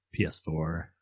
PS4